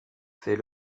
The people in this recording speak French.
fait